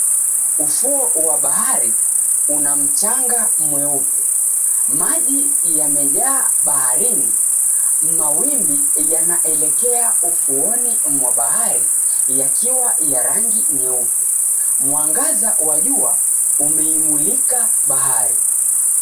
Ufuo wa bahari una mchanga mweupe. Maji yamejaa baharini, mawimbi yanaelekea ufuoni mwa bahari yakiwa ya rangi nyeupe. Mwangaza wa jua umeimulika bahari.